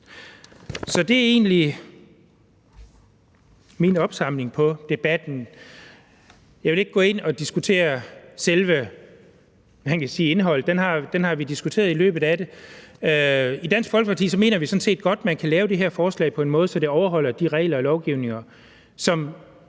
Så det er egentlig min opsamling på debatten. Jeg vil ikke gå ind og diskutere selve indholdet, for det har vi diskuteret i løbet af debatten. I Dansk Folkeparti mener vi sådan set godt, at man kan lave det her forslag på en måde, så det overholder de regler og den lovgivning, som